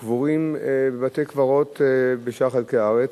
קבורים בבתי-קברות בשאר חלקי הארץ,